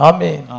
Amen